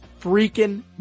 freaking